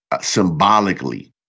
symbolically